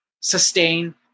Sustain